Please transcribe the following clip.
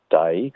day